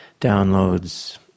downloads